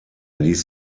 ließ